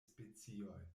specioj